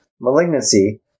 malignancy